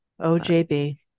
OJB